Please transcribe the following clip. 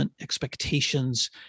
expectations